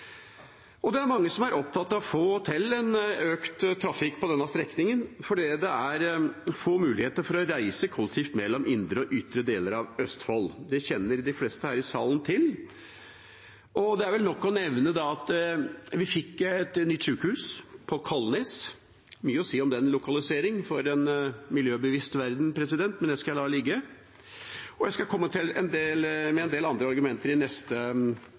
Det er mange som er opptatt av å få til økt trafikk på denne strekningen, fordi det er få muligheter for å reise kollektivt mellom indre og ytre deler av Østfold. Det kjenner de fleste her i salen til. Det er vel nok å nevne at vi fikk et nytt sjukehus på Kalnes – det er mye å si om den lokaliseringen for en miljøbevisst verden, men det skal jeg la ligge. Jeg skal komme med en del andre argumenter i neste